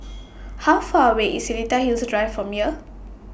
How Far away IS Seletar Hills Drive from here